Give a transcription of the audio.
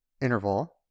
interval